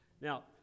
Now